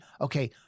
okay